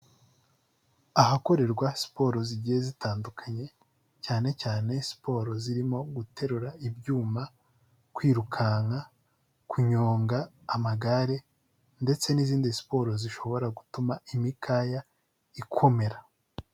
Ahakorerwa siporo zigiye zitandukanye cyane cyane siporo zirimo guterura ibyuma, kwirukanka, kunyonga amagare ndetse n'izindi siporo zishobora gutuma imikaya ikomera.